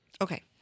Okay